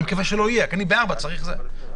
אני מקווה שלא תהיה, ובארבע צריך להביא למליאה.